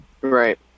Right